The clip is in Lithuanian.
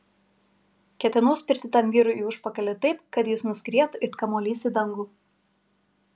ketinau spirti tam vyrui į užpakalį taip kad jis nuskrietų it kamuolys į dangų